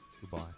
goodbye